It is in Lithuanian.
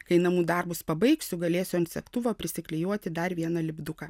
kai namų darbus pabaigsiu galėsiu ant segtuvo prisiklijuoti dar vieną lipduką